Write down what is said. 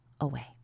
away